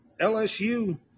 LSU